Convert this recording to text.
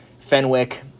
Fenwick